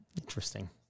Interesting